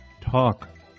Talk